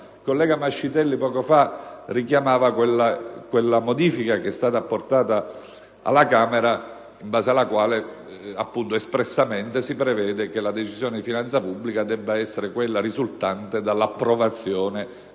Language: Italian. Il collega Mascitelli poco fa ha richiamato la modifica che è stata apportata alla Camera, in base alla quale si prevede ora espressamente che la Decisione di finanza pubblica debba essere quella risultante dall'approvazione dei